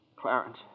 Clarence